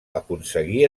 aconseguí